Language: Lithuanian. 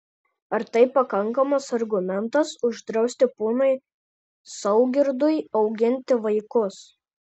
ar tai pakankamas argumentas uždrausti ponui saugirdui auginti vaikus